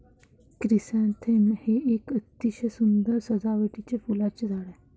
chrysanthemum हे एक अतिशय सुंदर सजावटीचे फुलांचे झाड आहे